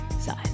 side